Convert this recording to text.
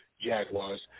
Jaguars